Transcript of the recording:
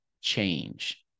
change